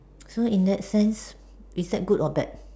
so in that sense is that good or bad